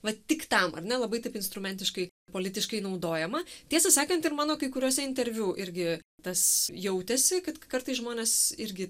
vat tik tam ar ne labai taip instrumentiškai politiškai naudojama tiesą sakant ir mano kai kuriuose interviu irgi tas jautėsi kad kartais žmonės irgi